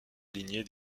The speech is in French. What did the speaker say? lignée